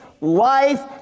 life